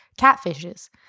catfishes